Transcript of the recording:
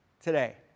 today